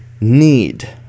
need